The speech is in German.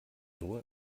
nur